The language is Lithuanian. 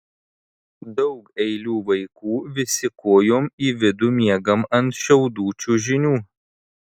daug eilių vaikų visi kojom į vidų miegam ant šiaudų čiužinių